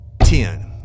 ten